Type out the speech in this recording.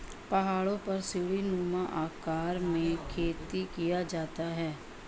पहाड़ों पर सीढ़ीनुमा आकार में खेती किया जाता है